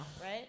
right